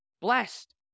blessed